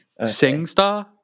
SingStar